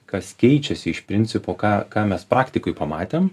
kas keičiasi iš principo ką ką mes praktikoj pamatėm